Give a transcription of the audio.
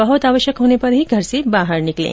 बहुत आवश्यक होने पर ही घर से बाहर निकलें